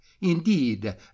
indeed